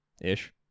Ish